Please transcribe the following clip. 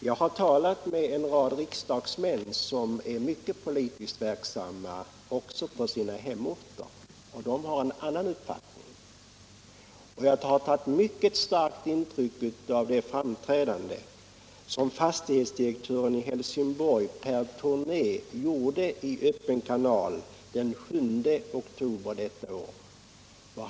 Jag har talat med en rad riksdagsmän, som är mycket politiskt verksamma också på sina hemorter, och de har en annan uppfattning. Jag har tagit mycket starkt intryck av det framträdande som fastighetsdirektören i Helsingborg, Per Tornée, gjorde i Öppen kanal den 7 oktober detta år.